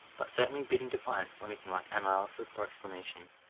but certainly bidding defiance to anything like analysis or explanation.